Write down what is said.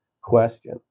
question